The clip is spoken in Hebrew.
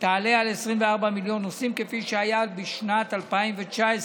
תעלה על 24 מיליון נוסעים, כפי שהיה בשנת 2019,